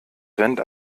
rennt